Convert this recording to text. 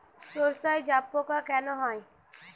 সর্ষায় জাবপোকা কেন হয়?